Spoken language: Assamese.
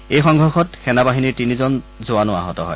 এই সংঘৰ্ষত সেনাবাহিনীৰ তিনিজন জোৱানো আহত হয়